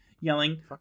yelling